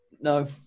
no